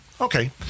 Okay